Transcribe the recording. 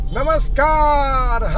Namaskar